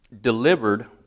delivered